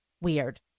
weird